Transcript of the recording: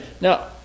Now